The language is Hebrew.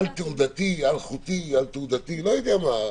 אולי הוא על-תעודתי, אלחוטי, אני לא-יודע-מה.